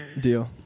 Deal